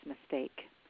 mistake